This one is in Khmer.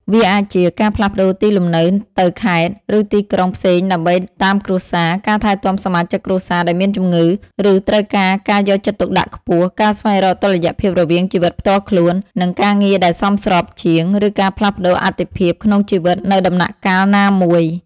វាអាចជា ការផ្លាស់ប្តូរទីលំនៅទៅខេត្ត ឬទីក្រុងផ្សេងដើម្បីតាមគ្រួសារ ការថែទាំសមាជិកគ្រួសារដែលមានជំងឺ ឬត្រូវការការយកចិត្តទុកដាក់ខ្ពស់ ការស្វែងរកតុល្យភាពរវាងជីវិតផ្ទាល់ខ្លួន និងការងារដែលសមស្របជាង ឬការផ្លាស់ប្តូរអាទិភាពក្នុងជីវិតនៅដំណាក់កាលណាមួយ ។